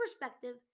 perspective